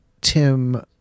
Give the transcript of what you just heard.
Tim